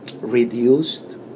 reduced